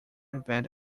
event